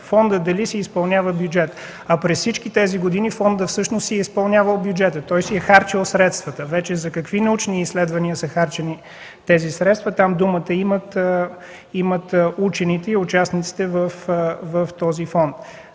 фондът си изпълнява бюджета. През всички тези години фондът всъщност си е изпълнявал бюджета, той си е харчил средствата. За какви научни изследвания са харчени тези средства там думата имат учените и участниците в този фонд.